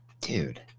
Dude